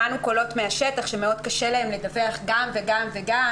שמענו קולות מהשטח שמאוד קשה להם לדווח גם וגם וגם,